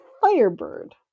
firebird